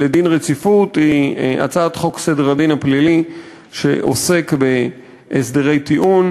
לדין רציפות היא הצעת חוק סדר הדין הפלילי שעוסקת בהסדרי טיעון.